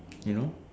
you know